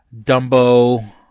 Dumbo